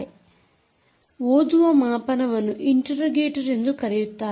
ಮತ್ತು ಓದುವ ಮಾಪನವನ್ನು ಇಂಟೆರೋಗೇಟರ್ ಎಂದು ಕರೆಯುತ್ತಾರೆ